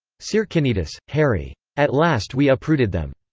tsirkinidis, harry. at last we uprooted them.